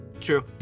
true